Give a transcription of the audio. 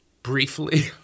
briefly